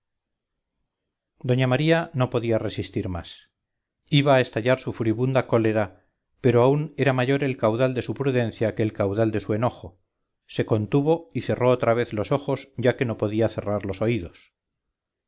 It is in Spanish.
doña maría no podía resistir más iba a estallar su furibunda cólera pero aún era mayor el caudal de su prudencia que el caudal de su enojo se contuvo y cerró otra vez los ojos ya que no podía cerrar los oídos